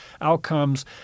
outcomes